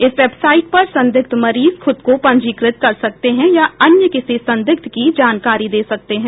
इस वेबसाइट पर संदिग्ध मरीज खुद को पंजीकृत कर सकते हैं या अन्य किसी संदिग्ध की जानकारी दे सकते हैं